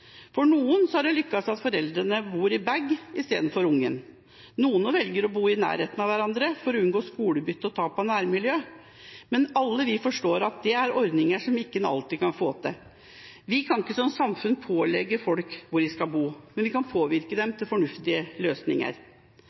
For noen har en lyktes ved at foreldrene bor i bag istedenfor barnet, noen velger å bo i nærheten av hverandre for å unngå skolebytte og tap av nærmiljø, men alle forstår at dette er ordninger en ikke alltid får til. Vi kan ikke som samfunn pålegge folk hvor de skal bo, men vi kan påvirke for å få til fornuftige løsninger.